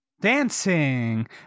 Dancing